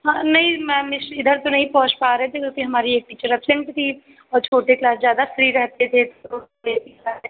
हाँ नहीं मैम इस इधर तो नहीं पहुँच पा रहे थे क्योंकि हमारी एक टीचर अपसेन्ट थी औ छोटे क्लास ज्यादा फ्री रहते थे तो उसमें